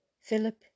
Philip